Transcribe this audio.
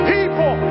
People